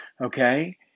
Okay